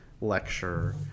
lecture